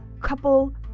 couple